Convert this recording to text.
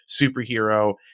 superhero